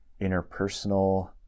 interpersonal